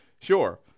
Sure